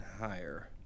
higher